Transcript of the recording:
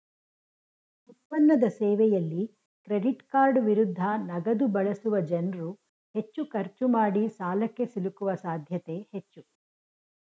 ಉತ್ಪನ್ನದ ಸೇವೆಯಲ್ಲಿ ಕ್ರೆಡಿಟ್ಕಾರ್ಡ್ ವಿರುದ್ಧ ನಗದುಬಳಸುವ ಜನ್ರುಹೆಚ್ಚು ಖರ್ಚು ಮಾಡಿಸಾಲಕ್ಕೆ ಸಿಲುಕುವ ಸಾಧ್ಯತೆ ಹೆಚ್ಚು